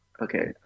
Okay